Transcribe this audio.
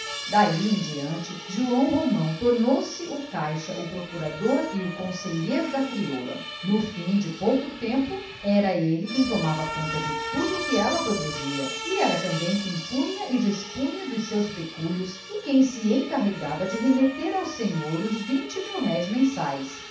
daí em diante joão romão tornou-se o caixa o procurador e o conselheiro da crioula no fim de pouco tempo era ele quem tomava conta de tudo que ela produzia e era também quem punha e dispunha dos seus pecúlios e quem se encarregava de remeter ao senhor os vinte mil-réis mensais